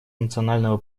национального